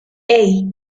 hey